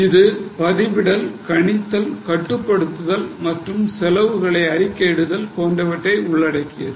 இது பதிவிடல் கணித்தல் கட்டுப்படுத்துதல் மற்றும் செலவுகளை அறிக்கையிடுதல் போன்றவற்றை உள்ளடக்கியது